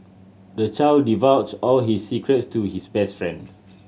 the child divulged all his secrets to his best friend